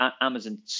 amazon